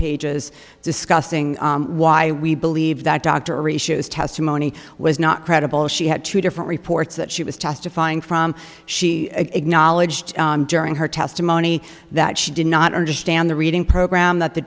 pages discussing why we believe that dr ratios testimony was not credible she had two different reports that she was testifying from she acknowledged in her testimony that she did not understand the reading program that the